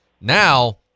Now